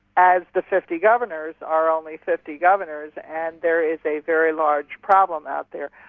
as the fifty governors are only fifty governors, and there is a very large problem out there.